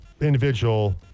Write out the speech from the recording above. individual